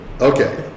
Okay